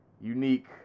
unique